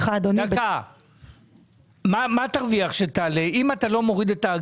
מה תרוויח בזה שתעלה את המכסה אם אתה לא מוריד את האגרה?